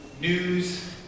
news